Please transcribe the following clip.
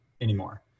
anymore